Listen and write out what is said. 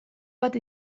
bat